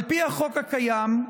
על פי החוק הקיים,